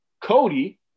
Cody